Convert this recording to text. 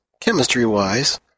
chemistry-wise